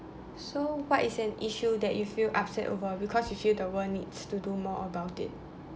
so what is an issue that you feel upset over because you feel the world needs to do more about it